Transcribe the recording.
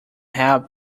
help